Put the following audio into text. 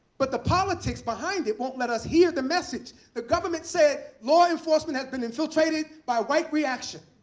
but the politics behind it won't let us hear the message. the government said, law enforcement has been infiltrated by white reaction.